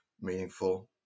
meaningful